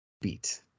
beat